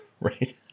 Right